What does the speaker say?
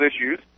issues